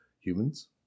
humans